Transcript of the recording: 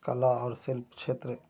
कला और शिल्प क्षेत्र